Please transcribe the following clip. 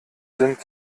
sind